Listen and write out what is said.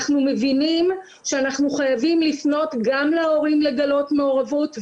אנחנו מבינים שאנחנו חייבים לפנות גם להורים לגלות מעורבות,